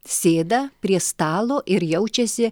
sėda prie stalo ir jaučiasi